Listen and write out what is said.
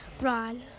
Ron